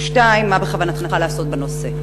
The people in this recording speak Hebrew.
2. מה בכוונתך לעשות בנושא?